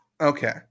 Okay